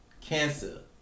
cancer